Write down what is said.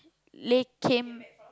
Lei came